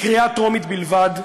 בקריאה טרומית בלבד,